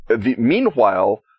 Meanwhile